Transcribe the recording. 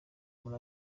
muri